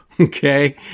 Okay